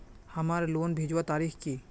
हमार लोन भेजुआ तारीख की?